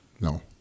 No